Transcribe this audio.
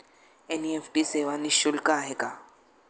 NEFT सेवा निःशुल्क आहे का?